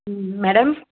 ம் மேடம்